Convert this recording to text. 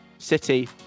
City